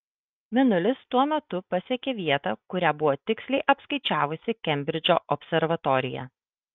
mėnulis tuo metu pasiekė vietą kurią buvo tiksliai apskaičiavusi kembridžo observatorija